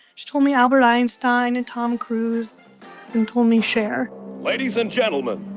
she told me albert einstein and tom cruise and told me cher ladies and gentlemen,